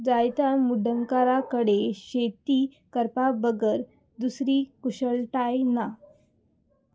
जायत्या मुड्डंकार कडे शेती करपा बगर दुसरी कुशळटाय ना